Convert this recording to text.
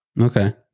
Okay